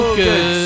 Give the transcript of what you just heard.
good